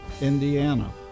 Indiana